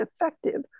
effective